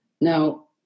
Now